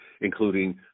including